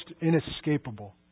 inescapable